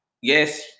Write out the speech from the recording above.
yes